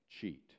cheat